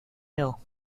hill